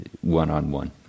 one-on-one